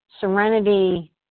serenity